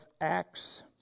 Acts